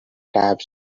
tabs